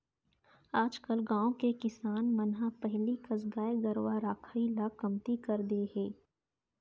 आजकल गाँव के किसान मन ह पहिली कस गाय गरूवा रखाई ल कमती कर दिये हें